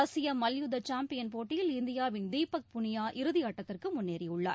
ஆசிய மல்யுத்த சேம்பியன் போட்டியில் இந்தியாவின் தீபக் புனியா இறுதியாட்டத்திற்கு முன்னேறியுள்ளார்